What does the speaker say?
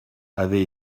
avait